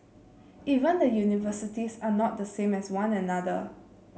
even the universities are not the same as one another